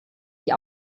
die